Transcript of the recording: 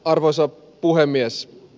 arvoisa puhemies